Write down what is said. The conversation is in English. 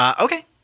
Okay